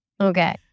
Okay